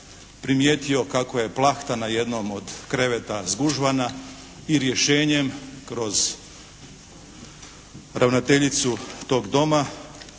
Primijetio kako je plahta na jednom od kreveta zgužvana i rješenjem kroz ravnateljicu tog Doma